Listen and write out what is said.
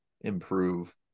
improve